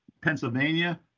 Pennsylvania